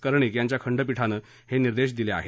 कर्णिक यांच्या खंडपीठानं हे निर्देश दिले आहेत